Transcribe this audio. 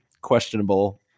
questionable